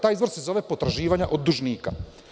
Taj izvor se zove potraživanje od dužnika.